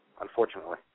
unfortunately